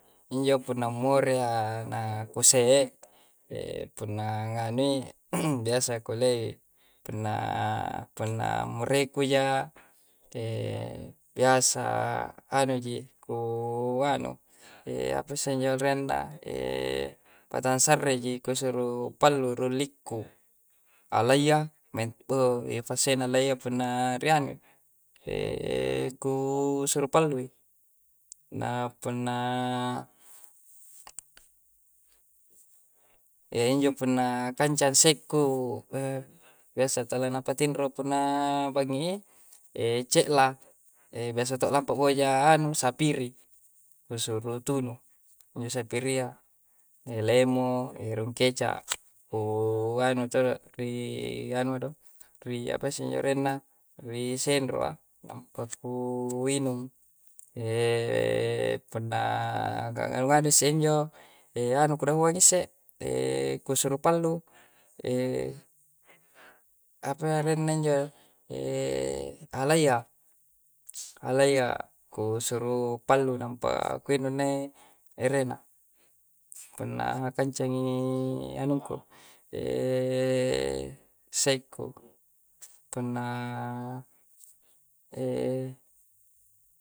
Injo punna more'a na kosee'e punna ngani biasa kole'e, punna punna mo'reku'ja biasa anu ji ku anu apa senjo renna patangsarre ji, ku suru paluru likku. Allayah, beh ye fase'na leye punna ri' anu kuu suru palluwi na punna injo punna kanca sekku biasa talana patindro punnaa bangi'i ce'la. biasa tolampo bua ja sapiri, kusuru tunu. Injo sapiriya, lemo rungkeca anu to ri' anu do, ri' apa sinyorenna. Ri' sendro'a namppa ku winung punna nganu senjo kodafuang ngi'se kusuru pallu apa re'na injo, alaya alaya kusuru pallu nampa kuinu'ne erena. Punna kanca'ngi anungku sekku. Punna